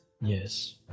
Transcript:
Yes